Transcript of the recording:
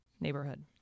neighborhood